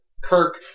Kirk